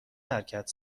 حرکت